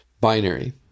binary